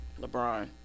LeBron